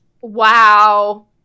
Wow